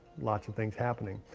lots of things happening.